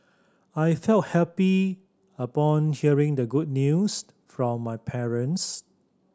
I felt happy upon hearing the good news from my parents